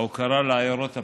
ההוקרה לעיירות הפיתוח,